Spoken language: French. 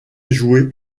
jouée